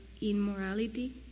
immorality